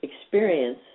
experience